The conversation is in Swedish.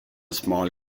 smal